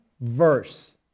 verse